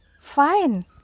fine